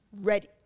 ready